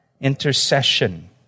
intercession